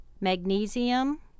magnesium